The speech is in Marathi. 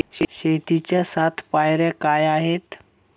शेतीच्या सात पायऱ्या काय आहेत?